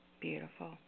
Beautiful